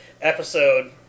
episode